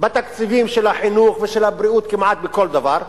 בתקציבים של החינוך ושל הבריאות, כמעט בכל דבר.